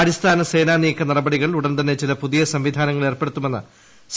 അടിസ്ഥാന സേനാ നീക്ക നടപടികളിൽ ഉടൻ തന്നെ ചില പുതിയ സംവിധാനങ്ങൾ ഏർപ്പെടുത്തുമെന്ന് സി